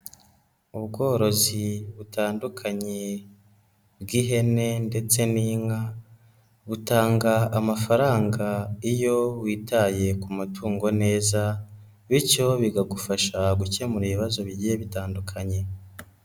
Ubworozi butandukanye bw'ihene ndetse n'inka, butanga amafaranga iyo witaye ku matungo neza, bityo bikagufasha gukemura ibibazo bigiye bitandukanye.